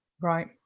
Right